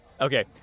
Okay